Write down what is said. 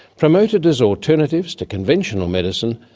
promoted as alternatives to conventional medicine,